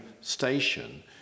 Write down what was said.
station